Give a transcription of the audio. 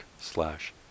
slash